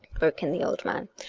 broke in the old man,